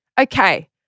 Okay